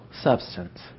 substance